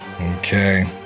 Okay